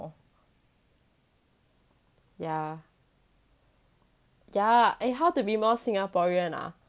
yeah yeah eh how to be more singaporean ah